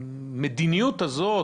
המדיניות הזאת,